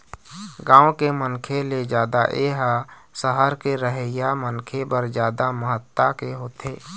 गाँव के मनखे ले जादा ए ह सहर के रहइया मनखे बर जादा महत्ता के होथे